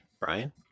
Brian